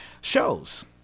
Shows